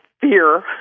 fear